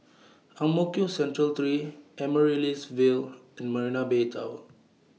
Ang Mo Kio Central three Amaryllis Ville and Marina Bay Tower